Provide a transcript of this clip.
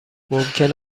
ممکن